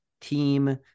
Team